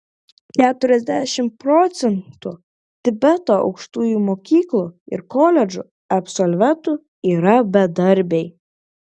keturiasdešimt procentų tibeto aukštųjų mokyklų ir koledžų absolventų yra bedarbiai